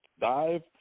dive